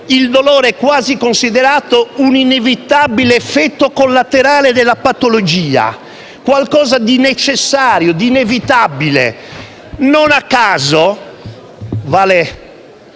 il dolore è quasi considerato un inevitabile effetto collaterale della patologia, qualcosa di necessario, di inevitabile. Non a caso -